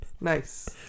Nice